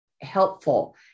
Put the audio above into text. helpful